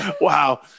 wow